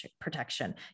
protection